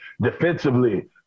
Defensively